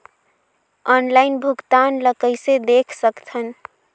Online भुगतान ल कइसे देख सकथन?